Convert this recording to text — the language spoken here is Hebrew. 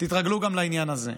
תתרגלו גם לעניין הזה.